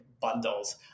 bundles